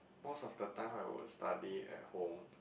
most of the time I would study at home